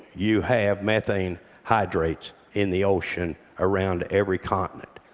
you have methane hydrates in the ocean around every continent.